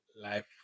life